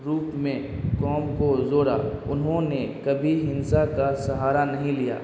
روپ میں قوم کو جوڑا انہوں نے کبھی ہنسا کا سہارا نہیں لیا